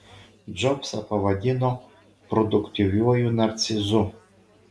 džobsą pavadino produktyviuoju narcizu